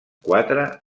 quatre